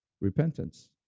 Repentance